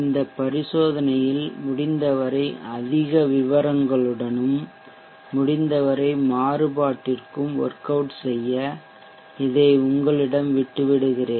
இந்த பரிசோதனையில் முடிந்தவரை அதிக விவரங்களுடனும் முடிந்தவரை மாறுபாட்டிற்கும் ஒர்க்அவுட் செய்ய இதை உங்களிடம் விட்டு விடுகிறேன்